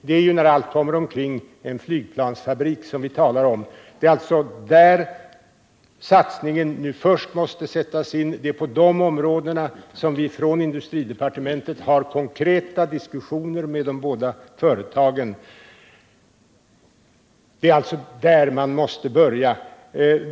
Det är när allt kommer omkring en flygplansfabrik som vi talar om. Det är där satsningen nu först måste sättas in. Det är på de områdena som vi i industridepartementet har konkreta diskussioner med de båda företagen. Det är alltså där man måste börja.